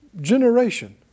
generation